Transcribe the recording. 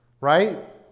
Right